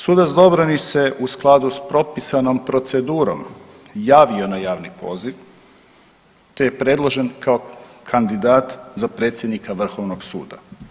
Sudac Dobronić se u skladu s propisanom procedurom javio na javni poziv te je predložen kao kandidat za predsjednika Vrhovnog suda.